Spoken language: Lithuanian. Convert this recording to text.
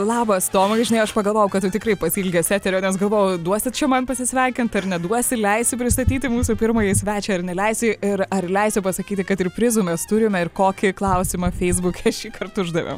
labas tomai žinai aš pagalvojau kad tu tikrai pasiilgęs eterio nes galvojau duosi čia man pasisveikint ar neduosi leisi pristatyti mūsų pirmąjį svečią ir neleisi ir ar leisi pasakyti kad ir prizų mes turime ir kokį klausimą feisbuke šįkart uždavėm